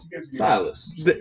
Silas